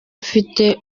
mfite